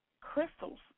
crystals